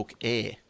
Air